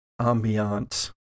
ambiance